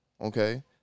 okay